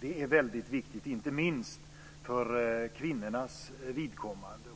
Det är väldigt viktigt inte minst för kvinnornas vidkommande.